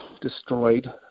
destroyed